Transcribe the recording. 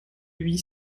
huit